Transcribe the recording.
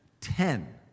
ten